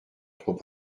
trop